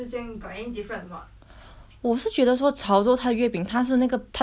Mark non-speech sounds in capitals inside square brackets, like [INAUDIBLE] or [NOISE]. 我是觉得说潮州他的月饼他是那个他的皮有一点 [NOISE] err